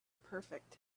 perfect